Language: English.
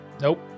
Nope